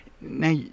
Now